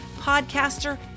podcaster